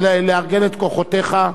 לארגן את כוחותיך,